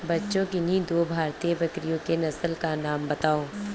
बच्चों किन्ही दो भारतीय बकरियों की नस्ल का नाम बताओ?